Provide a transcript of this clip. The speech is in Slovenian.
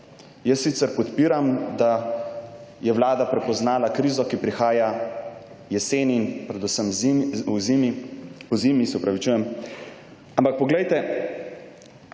Jaz sicer podpiram, da je vlada prepoznala krizo, ki prihaja jeseni in predvsem pozimi, ampak poglejte,